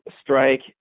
strike